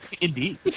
Indeed